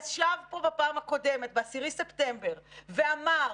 ישב פה פעם קודמת ב-10 בספטמבר ואמר: